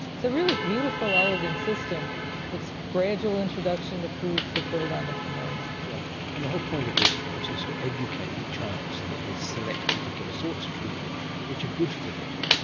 so really beautiful, elegant system it's gradual introduction to foods that built on the familiar. yeah and the whole point of this of course is to educate the child so that they select particular sorts of food which are good for them,